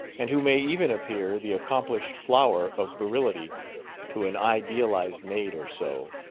and who may even appear the accomplished flower of virility to an idealizing maid or so,